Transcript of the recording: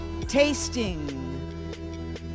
tasting